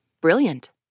Brilliant